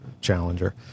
Challenger